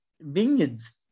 vineyards